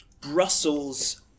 Brussels